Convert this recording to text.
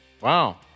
Wow